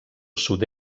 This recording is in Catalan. sud